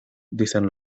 dicen